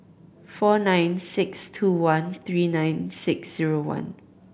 four nine six two one three nine six zero one